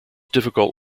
difficult